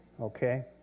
okay